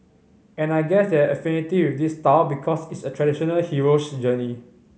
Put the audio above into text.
and I guess they had an affinity with this style because it's a traditional hero's journey